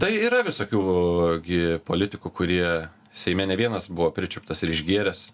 tai yra visokių gi politikų kurie seime ne vienas buvo pričiuptas ir išgėręs